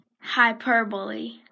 hyperbole